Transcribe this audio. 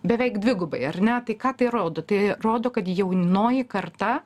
beveik dvigubai ar ne tai ką tai rodo tai rodo kad jaunoji karta